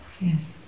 yes